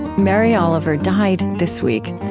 mary oliver died this week.